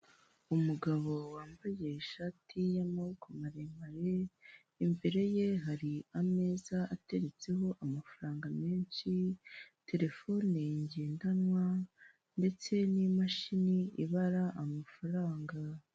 Umugabo wambaye ishati y'amaboko maremare, imbere ye hari ameza ateretseho amafaranga menshi, terefone ngendanwa, ndetse n'imashini ibara amafaranga.